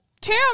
Tim